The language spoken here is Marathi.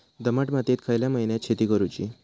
दमट मातयेत खयल्या महिन्यात शेती करुची?